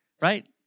Right